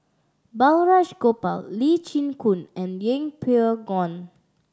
Balraj Gopal Lee Chin Koon and Yeng Pway Ngon